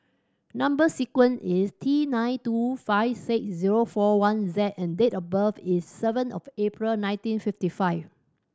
number sequence is T nine two five six zero four one Z and date of birth is seven of April nineteen fifty five